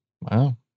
Wow